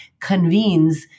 convenes